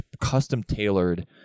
custom-tailored